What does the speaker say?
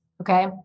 Okay